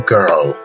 girl